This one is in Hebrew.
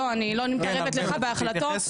אני לא מתערבת לך בהחלטות.